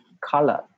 color